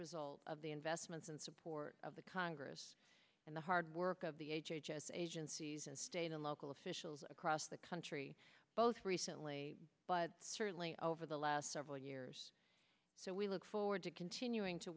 result of the investments and support of the congress and the hard work of the h h s agencies and state and local officials across the country both recently but certainly over the last several years so we look forward to continu